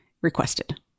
requested